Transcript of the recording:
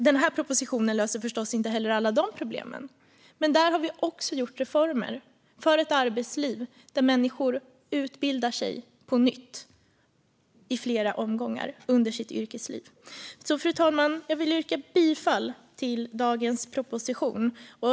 Den här propositionen löser förstås inte heller alla de problemen, men där har vi också gjort reformer för ett arbetsliv där människor utbildar sig på nytt i flera omgångar under sitt yrkesliv. Fru talman! Jag vill yrka bifall till dagens proposition.